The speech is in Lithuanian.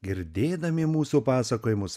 girdėdami mūsų pasakojimus